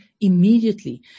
immediately